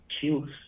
choose